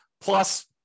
plus